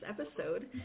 episode